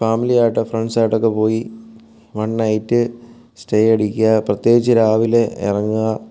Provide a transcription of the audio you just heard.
ഫാമിലിയായിട്ടോ friends ആയിട്ടോ ഒക്കെ പോയി വൺ നൈറ്റ് സ്റ്റേ അടിക്കുക പ്രത്യേകിച്ച് രാവിലെ ഇറങ്ങുക